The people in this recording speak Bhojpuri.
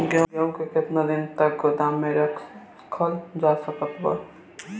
गेहूँ के केतना दिन तक गोदाम मे रखल जा सकत बा?